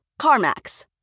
CarMax